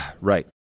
Right